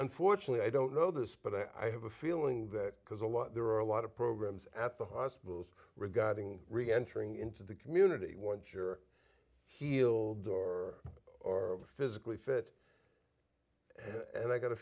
unfortunately i don't know this but i have a feeling that because a lot there are a lot of programs at the hospitals regarding re entering into the community one sure he'll door or physically fit and i got a